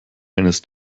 eines